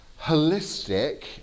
holistic